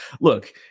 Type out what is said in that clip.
look